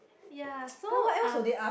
ya so um